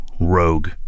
Rogue